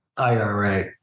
IRA